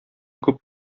күп